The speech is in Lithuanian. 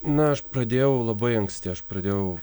na aš pradėjau labai anksti aš pradėjau